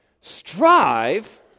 strive